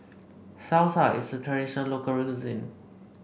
Salsa is a traditional local cuisine